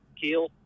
keel